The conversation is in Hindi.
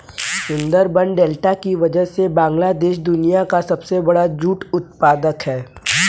सुंदरबन डेल्टा की वजह से बांग्लादेश दुनिया का सबसे बड़ा जूट उत्पादक है